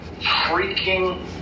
freaking